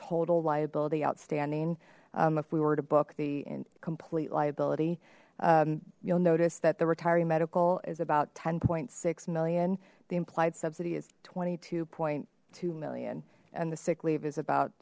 total liability outstanding if we were to book the complete liability you'll notice that the retiree medical is about ten point six million the implied subsidy is twenty two point two million and the sick leave is about